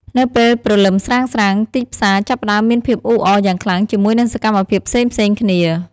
នៅពេលព្រលឹមស្រាងៗ ទីផ្សារចាប់ផ្តើមមានភាពអ៊ូអរយ៉ាងខ្លាំងជាមួយនឹងសកម្មភាពផ្សេងៗគ្នា។